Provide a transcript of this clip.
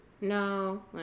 No